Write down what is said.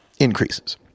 increases